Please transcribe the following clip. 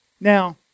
Now